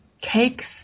cakes